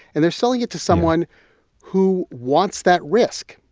and they're selling it to someone who wants that risk,